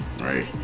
Right